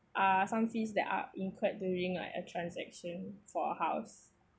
uh some fees that are enquire during a transaction for a house